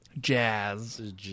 Jazz